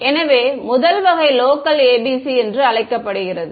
எனவே முதல் வகை லோக்கல் ABC என்று அழைக்கப்படுகிறது